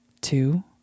two